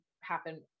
happen